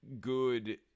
good